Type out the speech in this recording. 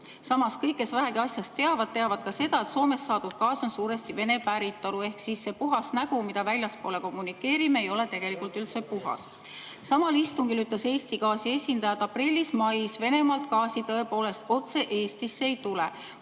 Samas kõik, kes vähegi asjast teavad, teavad ka seda, et Soomest saadud gaas on suuresti Vene päritolu, ehk see puhas nägu, mida me väljapoole kommunikeerime, ei ole tegelikult üldse puhas. Samal istungil ütles Eesti Gaasi esindaja, et aprillis-mais Venemaalt gaasi tõepoolest otse Eestisse ei tule.